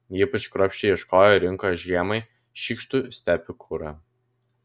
ypač kruopščiai ieškojo ir rinko žiemai šykštų stepių kurą